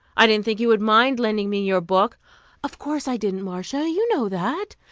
i didn't think you would mind lending me your book of course i didn't, marcia. you know that.